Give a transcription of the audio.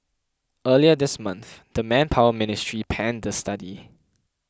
earlier this month the Manpower Ministry panned the study